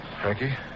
Frankie